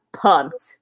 pumped